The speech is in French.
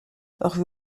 rue